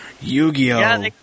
Yu-Gi-Oh